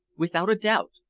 without a doubt.